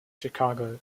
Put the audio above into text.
chicago